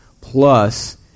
Plus